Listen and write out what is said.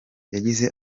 yagize